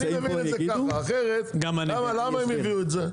אני מבין את זה ככה, אחרת למה שהם הביאו את זה?